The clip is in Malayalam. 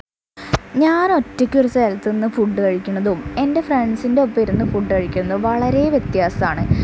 ഞാൻ ഒറ്റയ്ക്ക് ഒരു സ്ഥലത്ത് നിന്ന് ഫുഡ് കഴിക്കുന്നതും എൻ്റെ ഫ്രണ്ട്സിൻ്റെ ഒപ്പം ഇരുന്ന് ഫുഡ് കഴിക്കുന്നതും വളരെ വ്യത്യാസമാണ്